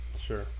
sure